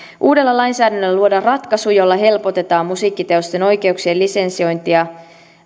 uudella lainsäädännöllä luodaan ratkaisu jolla helpotetaan musiikkiteosten oikeuksien lisensiointia